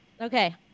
Okay